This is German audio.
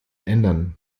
ändern